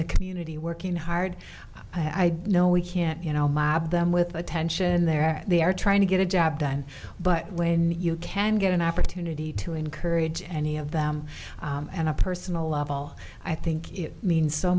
the community working hard i do know we can't you know mob them with attention there they are trying to get a job done but when you can get an opportunity to encourage any of them and a personal level i think it means so